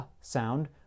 sound